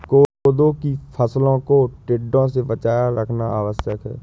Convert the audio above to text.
कोदो की फसलों को टिड्डों से बचाए रखना आवश्यक है